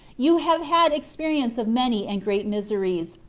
you have had experience of many and great miseries,